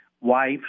wife